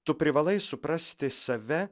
tu privalai suprasti save